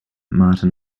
martin